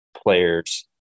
players